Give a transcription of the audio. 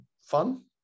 fun